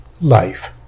life